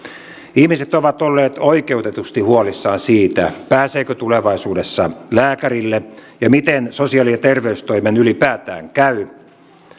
ihmiset ovat olleet oikeutetusti huolissaan siitä pääseekö tulevaisuudessa lääkärille ja miten sosiaali ja terveystoimen ylipäätään käy